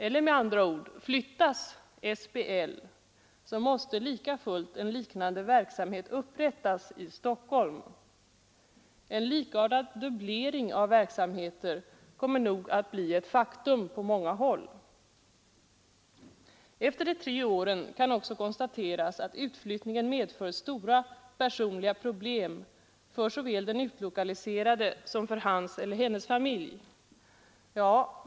Eller, med andra ord, flyttas SBL måste likafullt en liknande verksamhet upprättas i Stockholm. En likartad dubblering av verksamheter kommer nog att bli ett faktum på många håll. Efter de tre åren kan också konstateras att utflyttningen medför stora personliga problem såväl för den utlokaliserade som för hans eller hennes familj.